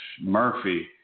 Murphy